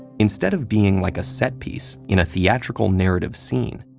instead of being like a set piece in a theatrical narrative scene,